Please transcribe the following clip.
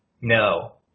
No